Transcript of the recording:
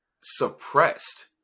suppressed